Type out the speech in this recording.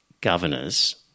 governors